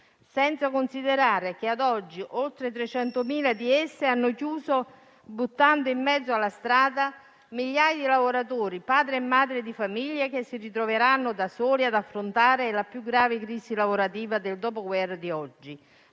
Senza considerare che ad oggi oltre 300.000 imprese hanno chiuso, buttando in mezzo alla strada migliaia di lavoratori, padri e madri di famiglia che si ritroveranno da soli ad affrontare la più grave crisi lavorativa dal dopoguerra ad oggi.